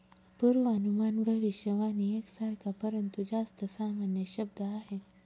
पूर्वानुमान भविष्यवाणी एक सारखा, परंतु जास्त सामान्य शब्द आहे